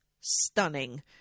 stunning